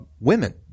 women